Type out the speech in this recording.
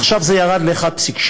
עכשיו זה ירד ל-1.6.